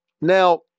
Now